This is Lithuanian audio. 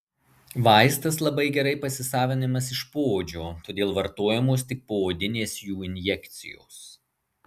vaistas labai gerai pasisavinamas iš poodžio todėl vartojamos tik poodinės jų injekcijos